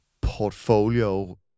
portfolio